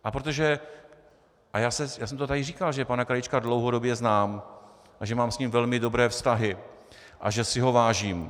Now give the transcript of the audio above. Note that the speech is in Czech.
A protože a já jsem to tady říkal, že pana Krajíčka dlouhodobě znám a že mám s ním velmi dobré vztahy a že si ho vážím.